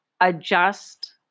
adjust